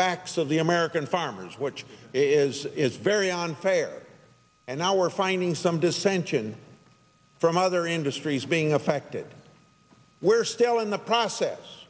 backs of the american farmers which is very unfair and now we're finding some dissention from other industries being affected we're still in the process